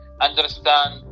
understand